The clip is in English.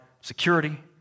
security